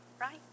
right